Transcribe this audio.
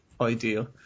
ideal